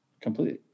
Completely